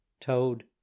Toad